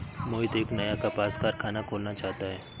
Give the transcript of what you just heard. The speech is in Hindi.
मोहित एक नया कपास कारख़ाना खोलना चाहता है